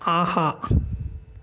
ஆஹா